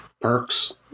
Perks